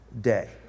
day